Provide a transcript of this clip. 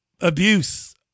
abuse